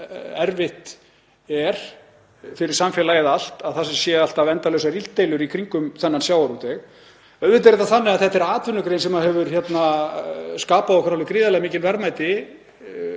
erfitt er fyrir samfélagið allt að það séu alltaf endalausar illdeilur í kringum þennan sjávarútveg. Auðvitað er þetta þannig að þetta er atvinnugrein sem hefur skapað okkur alveg gríðarlega mikil verðmæti